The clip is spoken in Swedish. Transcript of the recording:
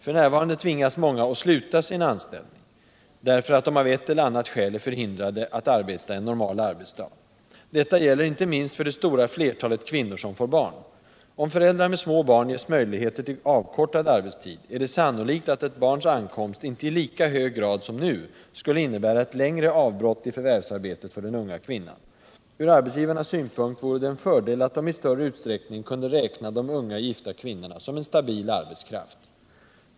För närvarande tvingas många att sluta sin anställning, därför att de av ett eller annat skäl är förhindrade att arbeta en normal arbetsdag. Detta gäller inte minst för det stora flertalet kvinnor som får barn. Om föräldrar med små barn ges möjligheter till avkortad arbetstid, är det sannolikt att ett barns ankomst inte i lika hög grad som nu skulle innebära ctt längre avbrott i förvärvsarbetet för den unga kvinnan. Ur arbetsgivarnas synpunkt vore det en fördel att de i större utsträckning kunde räkna de unga gifta kvinnorna som en stabil arbetskraft.